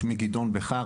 שמי גדעון בכר,